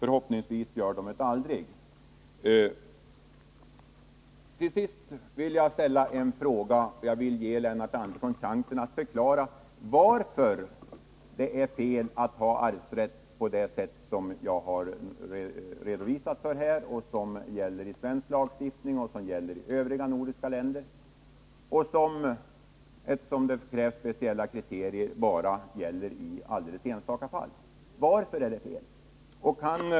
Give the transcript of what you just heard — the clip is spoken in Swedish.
Förhoppningsvis gör de det aldrig. Till sist vill jag — för att ge Lennart Andersson chansen att förklara detta — fråga varför det är fel att behålla arvsrätten på det sätt jag har redovisat här. Det är ju vad som gäller enligt svensk lagstiftning och enligt lagstiftningen i övriga nordiska länder. Eftersom det krävs speciella kriterier gäller detta dessutom bara i ytterst enstaka fall. Varför är det fel?